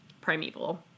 Primeval